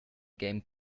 game